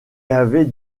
avait